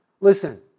Listen